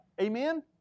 Amen